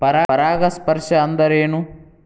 ಪರಾಗಸ್ಪರ್ಶ ಅಂದರೇನು?